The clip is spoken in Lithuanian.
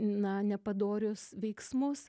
na nepadorius veiksmus